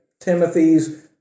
Timothy's